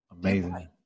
Amazing